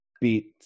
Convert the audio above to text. beat